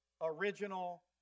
original